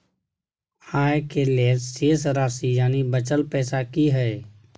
आय के लेल शेष राशि यानि बचल पैसा की हय?